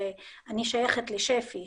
אני שייכת לשפ"י,